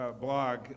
blog